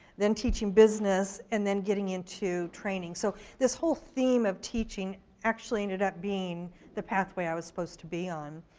then teaching business and then getting into training. so this whole theme of teaching actually ended up being the pathway i was supposed to be on.